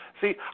See